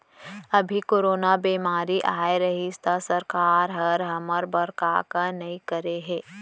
अभी कोरोना बेमारी अए रहिस त सरकार हर हमर बर का का नइ करे हे